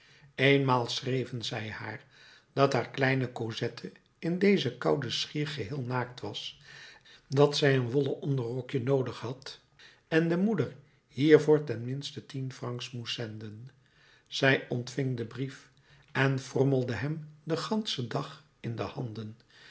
eenmaal schreven zij haar dat haar kleine cosette in deze koude schier geheel naakt was dat zij een wollen onderrokje noodig had en de moeder hiervoor ten minste tien francs moest zenden zij ontving den brief en frommelde hem den ganschen dag in de handen